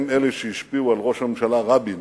הם אלה שהשפיעו על ראש הממשלה רבין